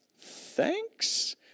Thanks